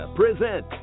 present